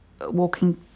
walking